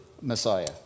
Messiah